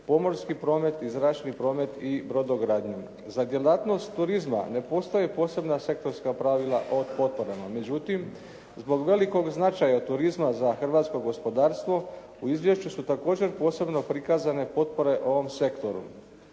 pomorski promet i zračni promet i brodogradnju. Za djelatnost turizma ne postoje posebna sektorska pravila o potporama. Međutim zbog velikog značaja turizma za hrvatsko gospodarstvo u izvješću su također posebno prikazane potpore o ovom sektoru.